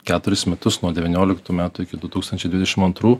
keturis metus nuo devynioliktų metų iki du tūkstančiai dvidešimt antrų